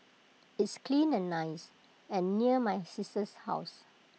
it's clean and nice and near my sister's house